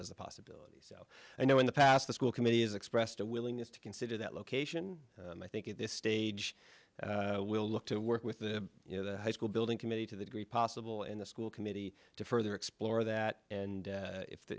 as a possibility so you know in the past the school committee has expressed a willingness to consider that location and i think at this stage we'll look to work with the you know the high school building committee to the degree possible in the school committee to further explore that and if th